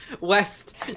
West